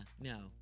no